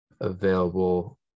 available